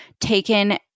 taken